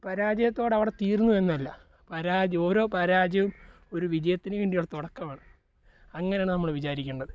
പരാജയത്തോടെ അവിടെ തീർന്നു എന്നല്ല പരാജയം ഓരോ പരാജയവും ഒരു വിജയത്തിനു വേണ്ടിയുള്ള തുടക്കമാണ് അങ്ങനെയാണ് നമ്മൾ വിചാരിക്കേണ്ടത്